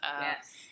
Yes